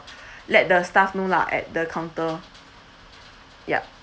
let the staff know lah at the counter yup